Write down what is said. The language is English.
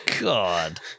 God